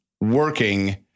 working